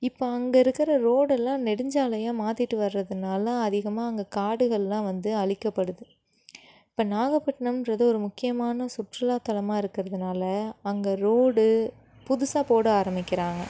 இப்போது அங்கே இருக்கிற ரோடெல்லாம் நெடுஞ்சாலையாக மாற்றிட்டு வர்றதுனால் அதிகமாக அங்கே காடுகள்லாம் வந்து அழிக்கப்படுது இப்போ நாகப்பட்டினம்றது ஒரு முக்கியமான சுற்றுலாத்தலமாக இருக்குறதுனால் அங்கே ரோடு புதுசாக போட ஆரம்மிக்கிறாங்க